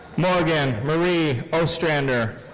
morgan marie ostrander.